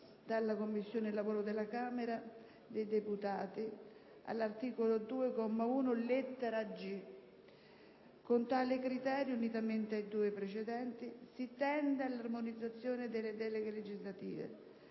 dalla Commissione lavoro della Camera dei deputati, all'articolo 2, comma 1, lettera *g).* Con tale criterio, unitamente ai due precedenti, si tende all'armonizzazione delle deleghe legislative: